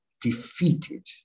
defeated